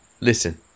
Listen